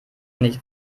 nicht